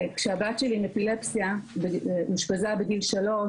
כשבת שלי עם אפילפסיה אושפזה בגיל 3,